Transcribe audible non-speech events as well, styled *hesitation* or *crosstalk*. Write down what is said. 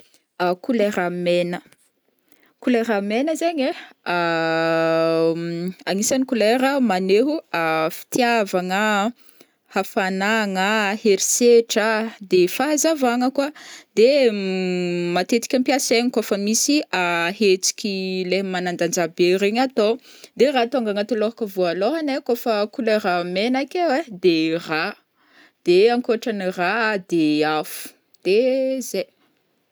*hesitation* Couleur mena, Couleur mena zegny ai *hesitation* agnisany couleur magneho fitiavagna, hafanagna, herisetra, de fahazavagna koa, de *hesitation* matetika ampiasaigny kô fa misy *hesitation* hetsiky lehy manandanja be regny atô, de raha tônga agnaty lôhako vôlôhany ai kô fa couleur mena akeo ai de rà, de ankoatrany rà de afo de *hesitation* zay.